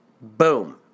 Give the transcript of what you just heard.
Boom